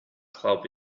club